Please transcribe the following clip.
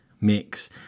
mix